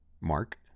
Mark